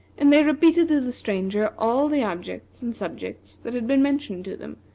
and they repeated to the stranger all the objects and subjects that had been mentioned to them,